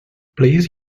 please